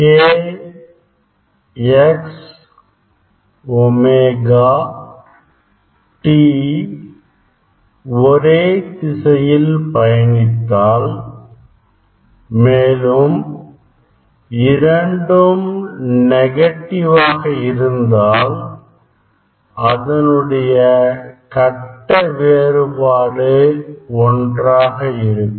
K x omega t ஒரே திசையில் பயணித்தால் மேலும் இரண்டும் நெகட்டிவாக இருந்தால் அதனுடைய கட்ட வேறுபாடு ஒன்றாக இருக்கும்